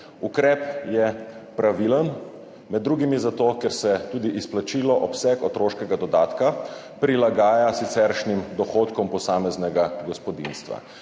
Ukrep je pravilen med drugim zato, ker se tudi izplačilo, obseg otroškega dodatka prilagaja siceršnjim dohodkom posameznega gospodinjstva.